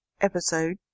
episode